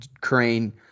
crane